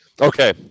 Okay